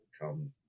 come